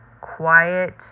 quiet